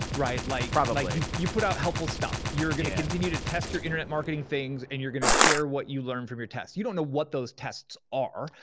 right? like probably. like you put out helpful stuff. you're gonna continue to test your internet marketing things and you're gonna share what you learned from your tests. you don't know what those tests are,